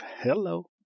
Hello